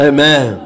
Amen